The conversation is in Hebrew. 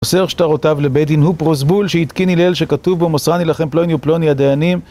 מוסר שטרותיו לבית דין הוא פרוזבול שהתקין הילל שכתוב בו מוסרני לכם פלוני ופלוני הדיינים